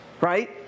right